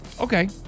Okay